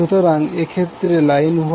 সুতরাং এক্ষেত্রে line voltage Vabহবে